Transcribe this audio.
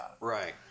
Right